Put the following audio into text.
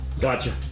Gotcha